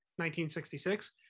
1966